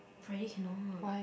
Friday cannot